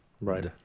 right